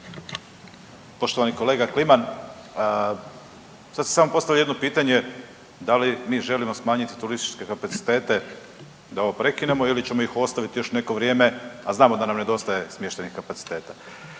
Poštovani kolega Kliman, sad se samo postavlja jedno pitanje, da li mi želimo smanjiti turističke kapacitete da ovo prekinemo ili ćemo ih ostaviti još neko vrijeme, a znamo da nam nedostaje smještajnih kapaciteta.